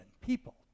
people